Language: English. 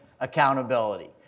accountability